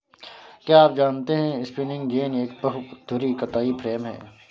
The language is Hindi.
क्या आप जानते है स्पिंनिंग जेनि एक बहु धुरी कताई फ्रेम है?